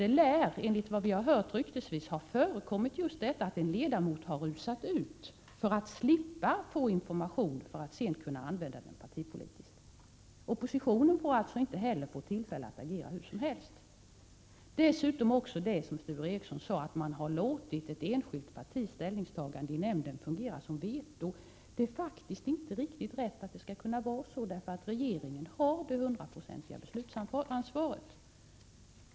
Men enligt vad vi har hört ryktesvis lär just detta ha förekommit att en ledamot har rusat ut för att slippa få information, som sedan skulle kunna användas partipolitiskt. Oppositionen får alltså inte heller ges tillfälle att agera hur som helst. Sture Ericson sade dessutom att man har låtit ett enskilt partis ställningstagande i nämnden fungera som veto. Det är faktiskt inte riktigt rätt att det skall kunna vara så, för regeringen har det hundraprocentiga beslutsansvaret.